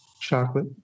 Chocolate